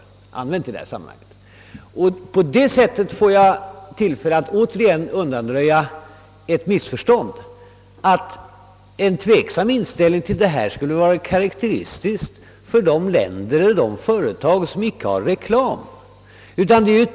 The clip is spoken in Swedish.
För det andra vill jag återigen begagna tillfället att undanröja ett missförstånd, nämligen att en tveksam inställning i denna fråga skulle ha varit karakteristisk för de länder eller TV företag, som icke har reklamsändningar.